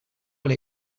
will